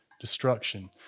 destruction